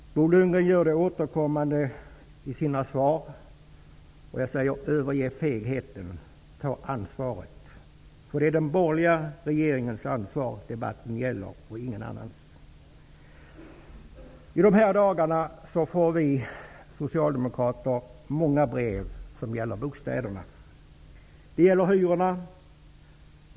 Bo Lundgren gör det återkommande i sina svar. Överge fegheten! Ta ansvaret! Det är den borgerliga regeringens ansvar som debatten gäller och ingen annans. I dessa dagar får vi socialdemokrater många brev som gäller bostäderna. Det gäller bl.a. hyrorna.